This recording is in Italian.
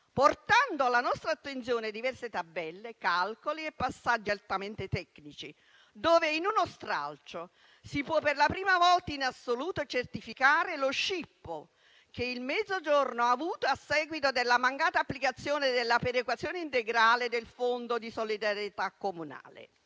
portando alla nostra attenzione diverse tabelle, calcoli e passaggi altamente tecnici, dove, in uno stralcio, si può per la prima volta in assoluto certificare lo scippo che il Mezzogiorno ha subìto a seguito della mancata applicazione della perequazione integrale del Fondo di solidarietà comunale.